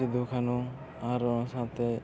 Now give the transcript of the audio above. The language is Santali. ᱥᱤᱫᱩ ᱠᱟᱹᱱᱩ ᱟᱨ ᱚᱱᱟ ᱥᱟᱶᱛᱮ